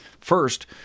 First